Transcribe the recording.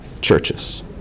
churches